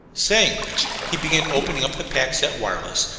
saying which he began opening up the pack-set wireless,